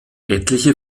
etliche